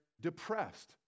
depressed